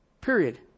period